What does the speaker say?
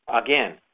Again